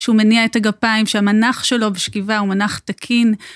שהוא מניע את הגפיים, שהמנח שלו בשכיבה הוא מנח תקין.